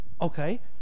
Okay